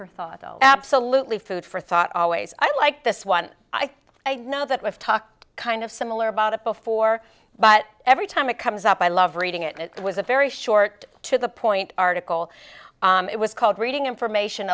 for thought oh absolutely food for thought always i like this one i know that we've talked kind of similar about it before but every time it comes up i love reading it it was a very short to the point article it was called reading information